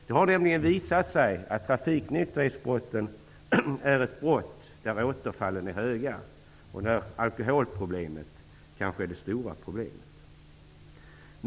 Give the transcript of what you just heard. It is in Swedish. Det har nämligen visat sig att trafiknykterhetsbrotten är brott där återfallstalen är höga och där alkoholproblemet kanske är det stora problemet.